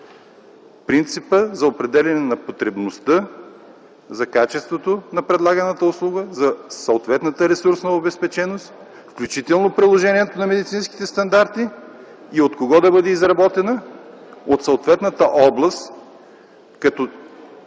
Принципът за определяне на потребността за качеството на предлаганата услуга, за съответната ресурсна обезпеченост, включително приложението на медицинските стандарти и от кого да бъде изработена – от съответната област, като